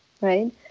Right